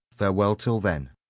farewell till then.